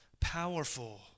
Powerful